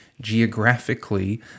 geographically